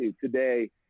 today